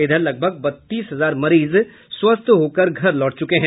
इधर लगभग बत्तीस हजार मरीज स्वस्थ होकर घर लौटे हैं